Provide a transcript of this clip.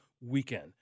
weekend